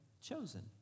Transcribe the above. chosen